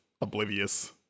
oblivious